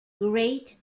great